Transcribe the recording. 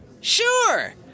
Sure